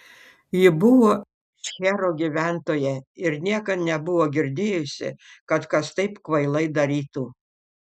ji buvo šcherų gyventoja ir niekad nebuvo girdėjusi kad kas taip kvailai darytų